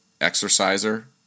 exerciser